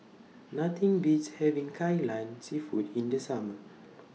Nothing Beats having Kai Lan Seafood in The Summer